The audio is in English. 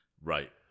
Right